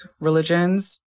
religions